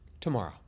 tomorrow